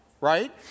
right